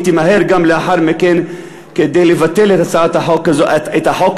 היא גם תמהר לאחר מכן לבטל את החוק הזה,